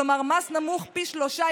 כלומר מס נמוך פי שלושה,